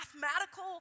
mathematical